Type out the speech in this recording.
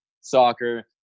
soccer